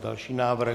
Další návrh.